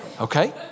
Okay